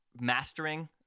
mastering